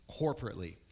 corporately